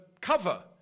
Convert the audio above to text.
cover